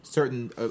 Certain